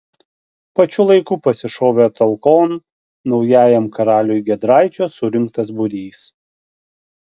pačiu laiku pasišovė talkon naujajam karaliui giedraičio surinktas būrys